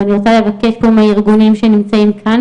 ואני רוצה לבקש מהארגונים שנמצאים כאן,